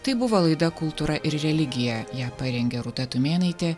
tai buvo laida kultūra ir religija ją parengė rūta tumėnaitė